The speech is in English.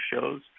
shows